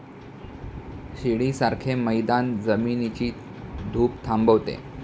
शिडीसारखे मैदान जमिनीची धूप थांबवते